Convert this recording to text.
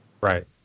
Right